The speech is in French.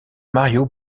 mario